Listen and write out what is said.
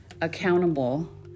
accountable